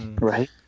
Right